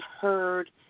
heard